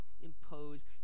impose